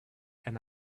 and